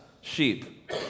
sheep